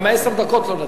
גם עשר דקות לא נתנו.